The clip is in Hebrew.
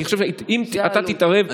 אני חושב שאם אתה תתערב,